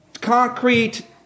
concrete